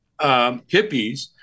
hippies